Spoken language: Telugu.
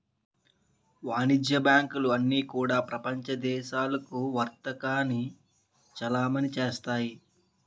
వాణిజ్య బ్యాంకులు అన్నీ కూడా ప్రపంచ దేశాలకు వర్తకాన్ని చలామణి చేస్తాయి